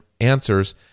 answers